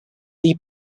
phd